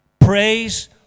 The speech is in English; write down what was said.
praise